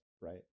right